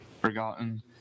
forgotten